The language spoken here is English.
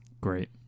Great